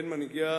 בין מנהיגיה